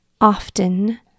often